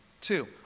Two